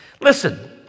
Listen